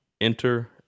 enter